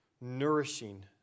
nourishing